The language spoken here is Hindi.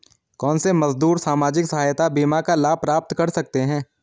कौनसे मजदूर सामाजिक सहायता बीमा का लाभ प्राप्त कर सकते हैं?